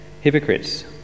Hypocrites